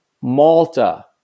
Malta